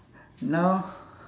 now